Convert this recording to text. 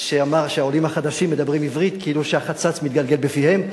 שאמר שהעולים החדשים מדברים עברית כאילו החצץ מתגלגל בפיהם.